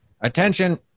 Attention